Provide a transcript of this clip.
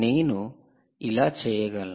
నేను ఇలా చేయగలను